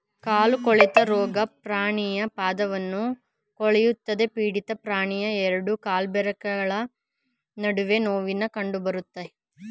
ಕಾಲು ಕೊಳೆತ ರೋಗ ಪ್ರಾಣಿಯ ಪಾದವನ್ನು ಕೊಳೆಯುತ್ತದೆ ಪೀಡಿತ ಪ್ರಾಣಿಯ ಎರಡು ಕಾಲ್ಬೆರಳ ನಡುವೆ ನೋವಿನ ಕಂಡಬರುತ್ತೆ